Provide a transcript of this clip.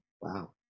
Wow